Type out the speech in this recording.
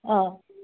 অঁ